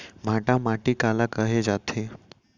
भांटा माटी काला कहे जाथे?